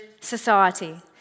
society